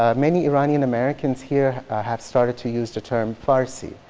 ah many iranian americans here have started to use the term farsi.